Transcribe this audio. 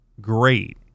great